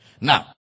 now